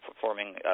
performing